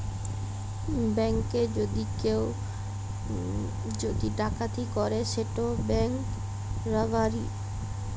ব্যাংকে যদি কেউ যদি ডাকাতি ক্যরে সেট ব্যাংক রাবারি